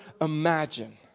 imagine